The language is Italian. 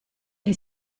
gli